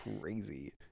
crazy